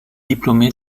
diplômé